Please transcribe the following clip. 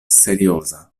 serioza